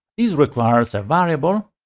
this requires a variable,